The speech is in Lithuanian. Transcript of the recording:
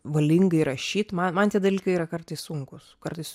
valingai rašyt ma man tie dalykai yra kartais sunkūs kartais